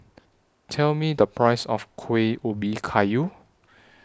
Tell Me The Price of Kuih Ubi Kayu